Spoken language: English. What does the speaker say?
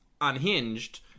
unhinged